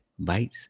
Bytes